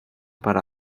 para